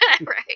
right